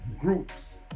groups